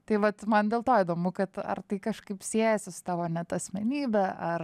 tai vat man dėl to įdomu kad ar tai kažkaip siejasi su tavo net asmenybe ar